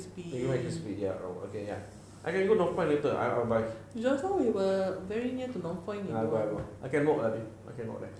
chicken mccrispy ya um okay ya I can go north point later I will buy ya ya I can walk ah B I can walk there